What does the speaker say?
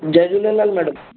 Jay Jhulelal madam